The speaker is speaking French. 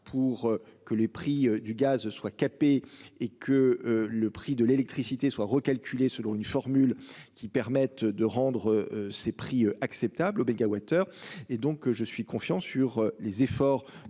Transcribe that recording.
pour que les prix du gaz soit capé et que le prix de l'électricité soit recalculé selon une formule qui permette de rendre ces prix acceptable au MWh et donc je suis confiant sur les efforts